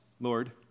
Lord